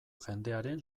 jendearen